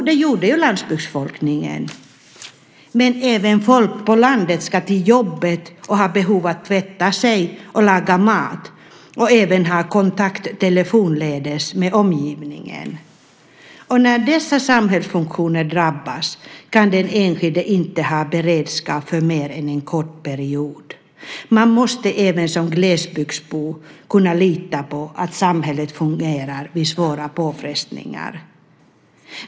Det gjorde ju landsbygdsbefolkningen, men även folk på landet ska till jobbet, har behov av att tvätta sig och laga mat och även ha kontakt telefonledes med omgivningen. När dessa samhällsfunktioner drabbas kan den enskilde inte ha beredskap för mer än en kort period. Man måste även som glesbygdsbo kunna lita på att samhället fungerar vid svåra påfrestningar.